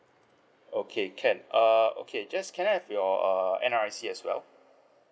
okay can uh okay just can I have your err N_R_I_C as well